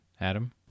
Adam